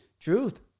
Truth